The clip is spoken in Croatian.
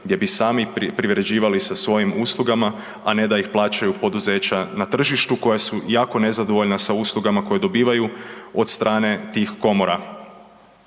gdje bi sami privređivali sa svojim uslugama, a ne da ih plaćaju poduzeća na tržištu koja su jako nezadovoljna sa uslugama koje dobivaju od strane tih komora.